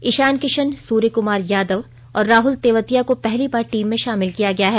ईशान किशन सूर्य कमार यादव और राहल तेवतिया को पहली बार टीम में शामिल किया गया है